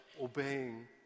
obeying